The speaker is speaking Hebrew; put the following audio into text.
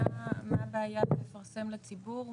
מה הבעיה לפרסם לציבור?